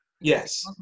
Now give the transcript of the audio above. Yes